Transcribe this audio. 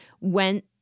went